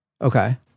Okay